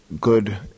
good